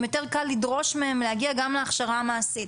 יותר קל לדרוש מהם להגיע גם להכשרה המעשית.